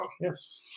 yes